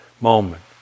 moment